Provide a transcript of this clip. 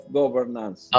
governance